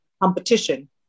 competition